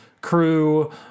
Crew